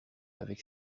avec